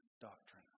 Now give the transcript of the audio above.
doctrine